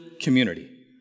community